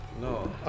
No